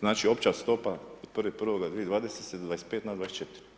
znači opća stopa od 1.1.2020. s 25 na 24.